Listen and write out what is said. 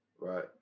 Right